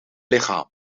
lichaam